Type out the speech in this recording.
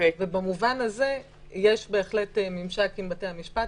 במובן הזה יש בהחלט ממשק עם בתי המשפט.